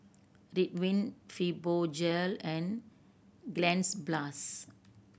Ridwind Fibogel and Cleanz Plus